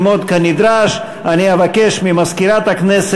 אם כן,